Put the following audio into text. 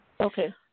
okay